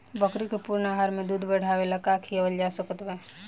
बकरी के पूर्ण आहार में दूध बढ़ावेला का खिआवल जा सकत बा?